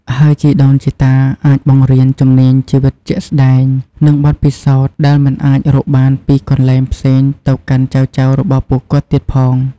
ហើយជីដូនជីតាអាចបង្រៀនជំនាញជីវិតជាក់ស្តែង និងបទពិសោធន៍ដែលមិនអាចរកបានពីកន្លែងផ្សេងទៅកាន់ចៅៗរបស់ពួកគាត់ទៀងផង។